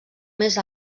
més